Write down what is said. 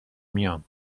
میام